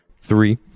three